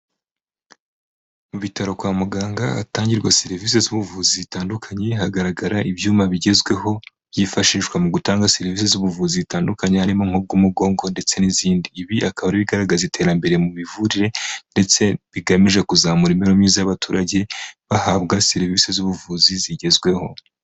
Mu bitaro kwa muganga hatangirwa serivisi z'ubuvuzi zitandukanye, hagaragara ibyuma bigezweho, byifashishwa mu gutanga serivisi z'ubuvuzi zitandukanye harimo nk'ubw'umugongo ndetse n'izindi, ibi akaba ari ibigaragaza iterambere mu mivurire, ndetse bigamije kuzamura imibereho myiza y'abaturage bahabwa serivisi z'ubuvuzi zigezweho.